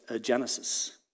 Genesis